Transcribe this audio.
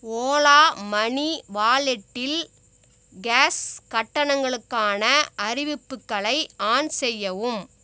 Ola money வாலெட்டில் கேஸ் கட்டணங்களுக்கான அறிவிப்புக்களை ஆன் செய்யவும்